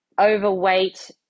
overweight